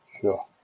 Sure